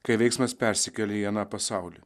kai veiksmas persikelia į aną pasaulį